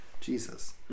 Jesus